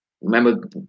Remember